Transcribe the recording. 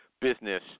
business